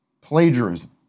plagiarism